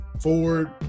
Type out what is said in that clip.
Ford